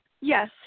Yes